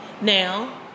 Now